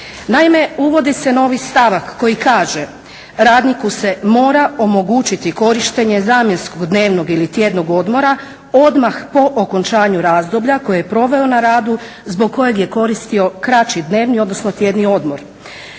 Naime, uvodi se novi stavak koji kaže: "Radniku se mora omogućiti korištenje zamjenskog dnevnog ili tjednog odmora odmah po okončanju razdoblja koje je proveo na radu zbog kojeg je koristio kraći dnevni, odnosno tjedni odmor."